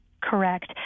Correct